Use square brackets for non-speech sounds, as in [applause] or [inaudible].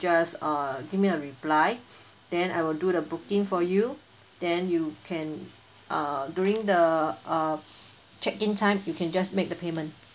just uh give me a reply [breath] then I will do the booking for you then you can uh during the uh [breath] check in time you can just make the payment